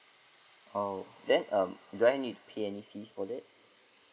oh then um do I need to pay any fees for that